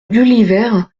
gulliver